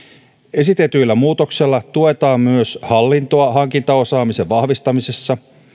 esitetyillä muutoksilla tuetaan myös hallintoa hankintaosaamisen vahvistamisessa